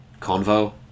convo